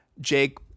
Jake